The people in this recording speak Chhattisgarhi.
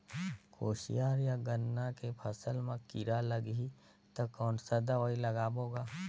कोशियार या गन्ना के फसल मा कीरा लगही ता कौन सा दवाई ला लगाबो गा?